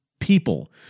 people